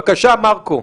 בבקשה, מרקו.